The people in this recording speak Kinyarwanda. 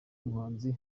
muhanzi